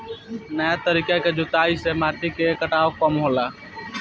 नया तरीका के जुताई से माटी के कटाव कम होला